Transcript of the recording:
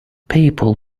people